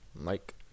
Mike